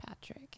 Patrick